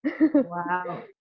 Wow